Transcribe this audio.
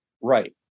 Right